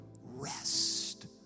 rest